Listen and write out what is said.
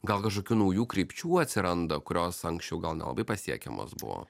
gal kažkokių naujų krypčių atsiranda kurios anksčiau gal nelabai pasiekiamos buvo